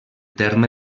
terme